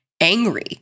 angry